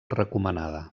recomanada